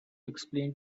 explain